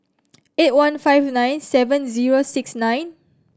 eight one five nine seven zero six nine